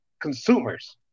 consumers